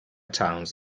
towns